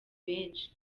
benshi